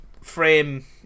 frame